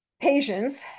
patients